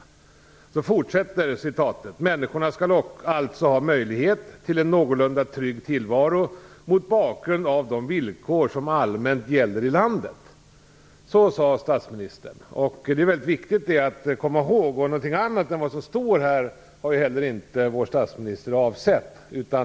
Statsministern fortsatte emellertid: "Människorna skall alltså ha möjlighet till en någorlunda trygg tillvaro mot bakgrund av de villkor som allmänt gäller i landet." Så sade statsministern. Det är mycket viktigt att komma ihåg det, och något annat har vår statsminister inte heller avsett.